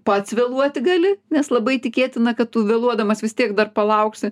pats vėluoti gali nes labai tikėtina kad tu vėluodamas vis tiek dar palauksi